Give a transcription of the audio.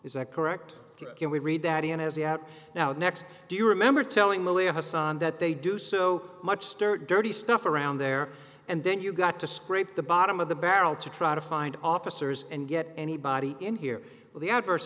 is that correct and we read that as yet now next do you remember telling milly hasan that they do so much stir dirty stuff around there and then you got to scrape the bottom of the barrel to try to find officers and get anybody in here with the adverse